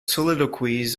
soliloquies